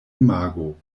imago